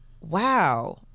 wow